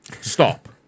stop